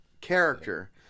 ...character